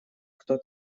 кто